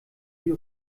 die